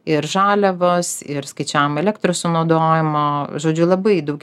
ir žaliavos ir skaičiavimai elektros sunaudojimo žodžiu labai daug